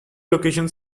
location